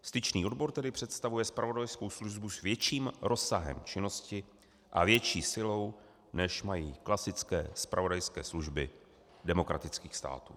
Styčný odbor tedy představuje zpravodajskou službu s větším rozsahem činnosti a větší silou, než mají klasické zpravodajské služby demokratických států.